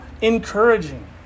encouraging